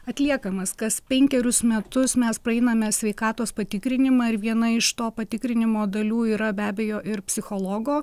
atliekamas kas penkerius metus mes praeiname sveikatos patikrinimą ir viena iš to patikrinimo dalių yra be abejo ir psichologo